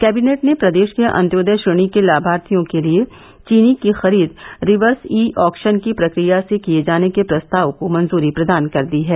cabinet ने प्रदेष के अन्त्योदय श्रेणी के लाभार्थियों के लिये चीनी की खरीद रिवर्स ई आक्षन की प्रक्रिया से किये जाने के प्रस्ताव को मंजूरी प्रदान कर दी है